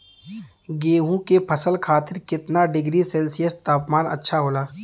गेहूँ के फसल खातीर कितना डिग्री सेल्सीयस तापमान अच्छा होला?